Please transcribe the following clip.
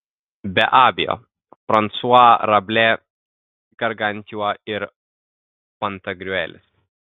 be abejo fransua rablė gargantiua ir pantagriuelis